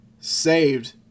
saved